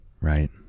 right